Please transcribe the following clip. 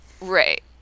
Right